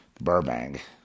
Burbank